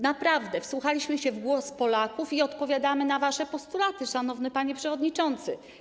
Naprawdę wsłuchaliśmy się w głosy Polaków i odpowiadamy na wasze postulaty, szanowny panie przewodniczący.